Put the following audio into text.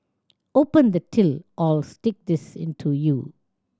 open the till or I'll stick this into you